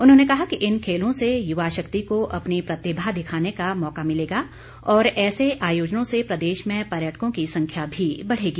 उन्होंने कहा कि इन खेलों से युवा शक्ति को अपनी प्रतिभा दिखाने का मौका मिलेगा और ऐसे आयोजनों से प्रदेश में पर्यटकों की संख्या भी बढ़ेगी